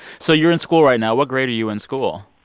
so you're in school right now. what grade are you in school?